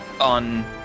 on